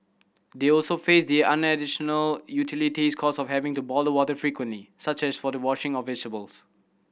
they also faced the utilities cost of having to boil water frequently such as for the washing of vegetables